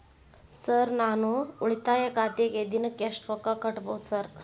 Sir ನಾನು ಉಳಿತಾಯ ಖಾತೆಗೆ ದಿನಕ್ಕ ಎಷ್ಟು ರೊಕ್ಕಾ ಕಟ್ಟುಬಹುದು ಸರ್?